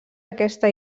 aquesta